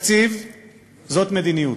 תקציב זאת מדיניות.